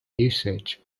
usage